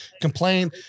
complain